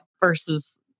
versus